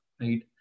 Right